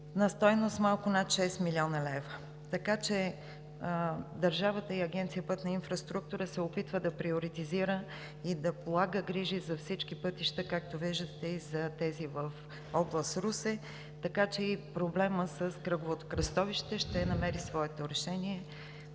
на стойност малко над 6 млн. лв. Държавата – Агенция „Пътна инфраструктура“, се опитва да приоритизира и да полага грижи за всички пътища – както виждате, и за тези в област Русе, така че и проблемът с кръговото кръстовище ще намери своето решение.